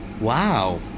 Wow